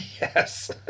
Yes